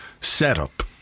setup